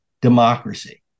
democracy